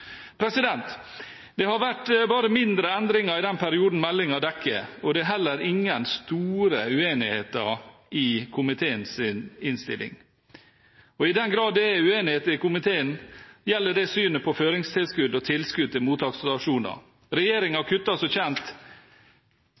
Det har vært bare mindre endringer i den perioden meldingen dekker, og det er heller ingen store uenigheter i komiteens innstilling. I den grad det er en uenighet i komiteen, gjelder det synet på føringstilskudd og tilskudd til mottaksstasjoner. Regjeringen kuttet som kjent